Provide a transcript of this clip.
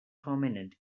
prominent